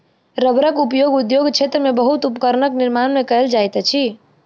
रबड़क उपयोग उद्योग क्षेत्र में बहुत उपकरणक निर्माण में कयल जाइत अछि